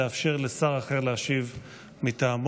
אפשרי לאפשר לשר אחר להשיב מטעמו.